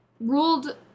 ruled